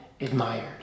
admired